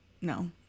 no